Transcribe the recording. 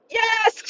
Yes